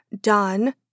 done